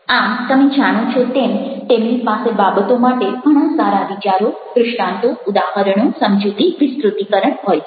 આમ તમે જાણો છો તેમ તેમની પાસે બાબતો માટે ઘણા સારા વિચારો દ્રષ્ટાન્તો ઉદાહરણો સમજૂતિ વિસ્તૃતીકરણ હોય છે